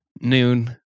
noon